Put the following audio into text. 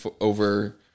over